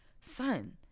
Son